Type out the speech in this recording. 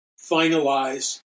finalize